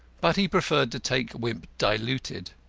but he preferred to take wimp diluted.